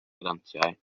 grantiau